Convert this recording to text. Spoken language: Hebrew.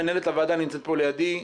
מנהלת הוועדה נמצאת פה לידי,